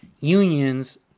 unions